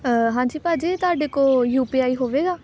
ਹਾਂਜੀ ਭਾਅ ਜੀ ਤੁਹਾਡੇ ਕੋਲ ਯੂ ਪੀ ਆਈ ਹੋਵੇਗਾ